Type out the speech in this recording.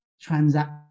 transaction